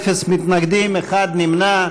יאללה, יאללה.